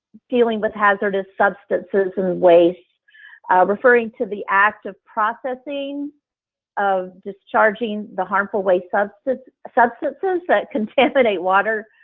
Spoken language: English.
dealing with hazardous substances and waste referring to the act of processing of discharging the harmful waste substances substances that contaminate water,